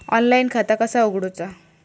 Online खाता कसा उगडूचा?